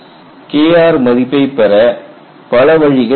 Kr மதிப்பைப் பெற பெற பல வழிகள் உள்ளன